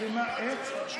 איך?